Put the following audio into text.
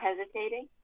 hesitating